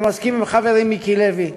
אני מסכים עם חברי מיקי לוי: